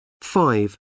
Five